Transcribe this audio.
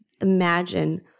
imagine